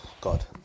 God